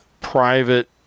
private